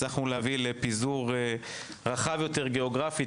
הצלחנו להביא לפיזור גיאוגרפי רחב יותר,